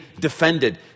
defended